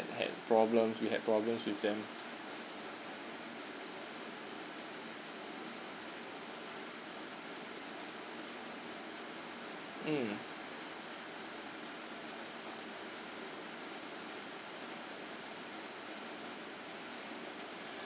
had problems we had problems with them um